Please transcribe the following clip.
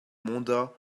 mandats